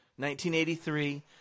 1983